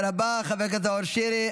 תודה רבה חבר הכנסת נאור שירי.